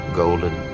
golden